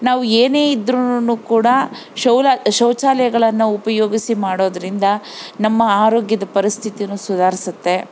ನಾವು ಏನೇ ಇದ್ರುನು ಕೂಡ ಶೌಲ ಶೌಚಾಲಯಗಳನ್ನು ಉಪಯೋಗಿಸಿ ಮಾಡೋದರಿಂದ ನಮ್ಮ ಆರೋಗ್ಯದ ಪರಿಸ್ಥಿತಿ ಸುಧಾರ್ಸತ್ತೆ